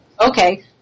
okay